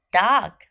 dog